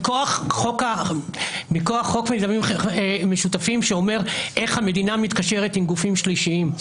מכוח חוק מיזמים משותפים שאומר איך המדינה מתקשרת עם גופים שלישיים.